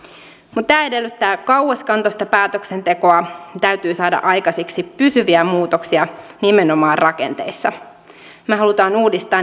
mutta tämä edellyttää kauaskantoista päätöksentekoa täytyy saada aikaiseksi pysyviä muutoksia nimenomaan rakenteissa me haluamme uudistaa